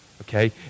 okay